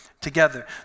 together